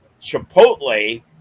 Chipotle